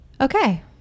okay